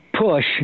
push